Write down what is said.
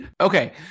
Okay